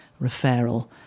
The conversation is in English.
referral